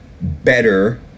better